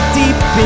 deep